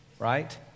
Right